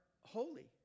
holy